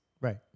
right